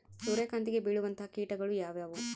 ಸೂರ್ಯಕಾಂತಿಗೆ ಬೇಳುವಂತಹ ಕೇಟಗಳು ಯಾವ್ಯಾವು?